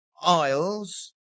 Isles